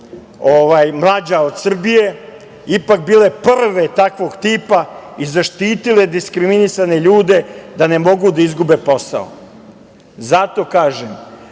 mlađa od Srbije, ipak bile prve takvog tipa i zaštitile diskriminisane ljude da ne mogu da izgube posao. Zato kažem